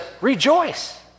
rejoice